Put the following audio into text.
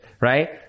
right